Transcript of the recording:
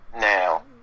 Now